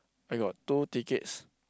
I got two tickets